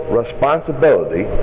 responsibility